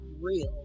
real